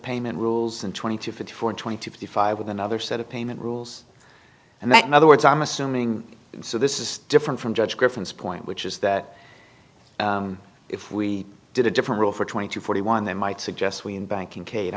payment rules and twenty two fifty four twenty five with another set of payment rules and that in other words i'm assuming so this is different from judge griffin's point which is that if we did a different rule for twenty to forty one they might suggest we in banking kate